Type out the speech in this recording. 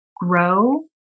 grow